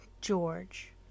George